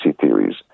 theories